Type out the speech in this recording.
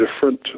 different